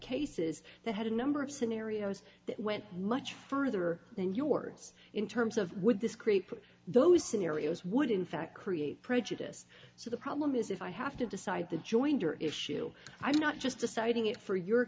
cases that had a number of scenarios that went much further than your words in terms of would this creep those scenarios would in fact create prejudice so the problem is if i have to decide the joinder issue i'm not just deciding it for your